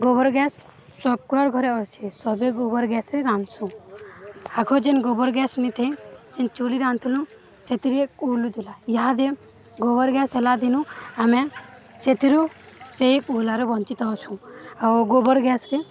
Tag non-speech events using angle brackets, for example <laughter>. ଗୋବର ଗ୍ୟାସ୍ <unintelligible> ଘରେ ଅଛେ ସଭିଏଁ ଗୋବର ଗ୍ୟାସ୍ରେ ରାନ୍ଧ୍ସୁଁ ଆଗ ଯେନ୍ ଗୋବର ଗ୍ୟାସ୍ ନେଇଥାଏ ଯେନ୍ ଚୁଲି ରାନ୍ଧୁଥିଲୁ ସେଥିରେ କୁହୁଲୁଥିଲା ଇହାଦେ ଗୋବର ଗ୍ୟାସ୍ ହେଲା ଦିନୁ ଆମେ ସେଥିରୁ ସେଇ କୁହୁଲାରୁ ବଞ୍ଚିତ ଅଛୁଁ ଆଉ ଗୋବର ଗ୍ୟାସ୍ରେ